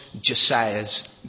Josiah's